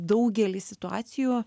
daugelį situacijų